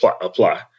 apply